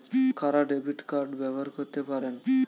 কারা debit card ব্যবহার করতে পারেন?